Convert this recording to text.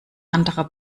anderer